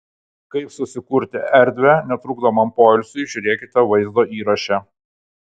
kaip susikurti erdvę netrukdomam poilsiui žiūrėkite vaizdo įraše